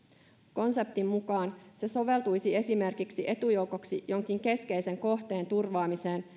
konseptin mukaan se soveltuisi esimerkiksi etujoukoksi jonkin keskeisen kohteen turvaamiseen